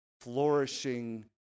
flourishing